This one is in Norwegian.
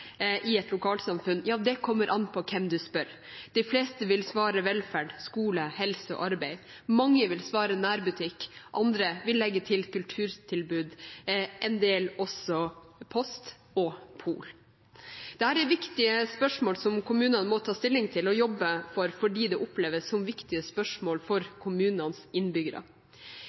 i et lokalsamfunn, kommer an på hvem du spør. De fleste vil svare velferd, skole, helse og arbeid. Mange vil svare nærbutikk, andre vil legge til kulturtilbud, en del også post og pol. Dette er viktige spørsmål som kommunene må ta stilling til og jobbe for, fordi det oppleves som viktige spørsmål for